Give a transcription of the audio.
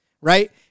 right